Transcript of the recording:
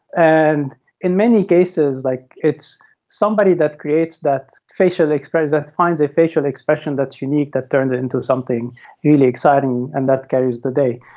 and in many cases like it's somebody that creates that facial experience, that finds a facial expression that's unique that turns into something really exciting, and that carries today.